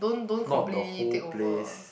not the whole place